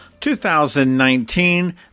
2019